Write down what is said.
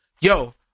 Yo